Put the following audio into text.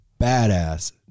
badass